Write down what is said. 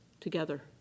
together